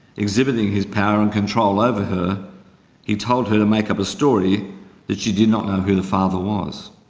exhibiting his power and control over he told her to make up a story that she did not know who the father was.